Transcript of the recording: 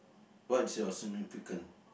what's your significant